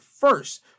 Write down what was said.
first